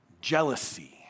jealousy